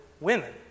women